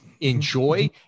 enjoy